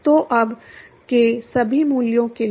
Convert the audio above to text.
तो अब के सभी मूल्यों के लिए